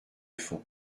fond